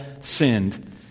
sinned